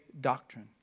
doctrine